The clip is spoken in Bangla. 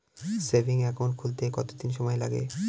সেভিংস একাউন্ট খুলতে কতদিন সময় লাগে?